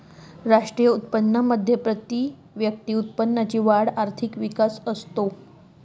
राष्ट्रीय उत्पन्नामध्ये प्रतिव्यक्ती उत्पन्नाची वाढ आर्थिक विकास असतो